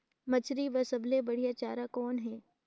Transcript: मछरी बर सबले बढ़िया चारा कौन हे?